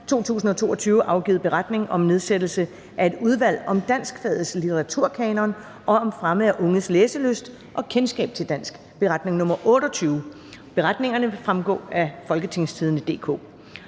2022 afgivet Beretning om nedsættelse af et udvalg om danskfagets litteraturkanon og om fremme af unges læselyst og kendskab til dansk. (Beretning nr. 28). Beretningerne vil fremgå af www.folketingstidende.dk.